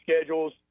schedules